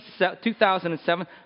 2007